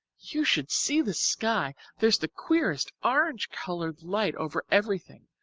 you should see the sky! there's the queerest orange-coloured light over everything.